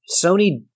Sony